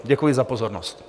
Děkuji za pozornost.